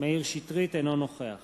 אינו נוכח